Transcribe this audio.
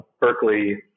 Berkeley